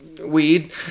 weed